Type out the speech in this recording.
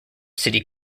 city